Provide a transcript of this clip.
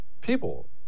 people